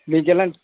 మీకు ఎలాంటి